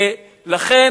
לכן,